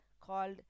called